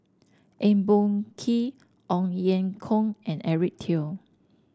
Eng Boh Kee Ong Ye Kung and Eric Teo